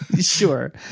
Sure